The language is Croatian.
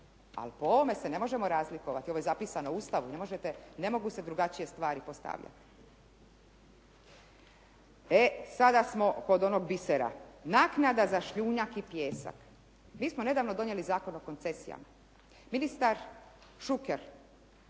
Ali po ovome se ne možemo razlikovati, ovo je zapisano u Ustavu, ne možete, ne mogu se drugačije stvari postavljati. E, sada smo kod onog bisera, naknada za šljunak i pijesak. Mi smo nedavno donijeli Zakon o koncesijama, ministar Šuker,